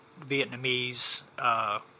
Vietnamese